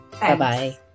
Bye-bye